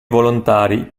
volontari